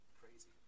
crazy